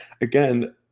again